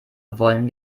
wollen